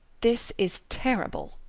this is terrible,